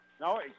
No